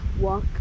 walk